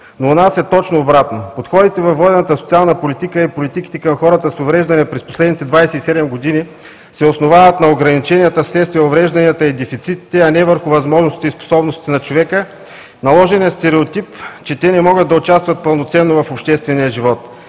У нас е точно обратното. Подходите във водената социална политика, в политиките към хората с увреждания през последните 27 години се основават на ограниченията вследствие на уврежданията и дефицитите, а не върху възможностите и способностите на човека и наложеният стереотип, че те не могат да участват пълноценно в обществения живот.